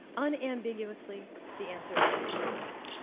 unambiguously, the answer is yes.